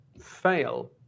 fail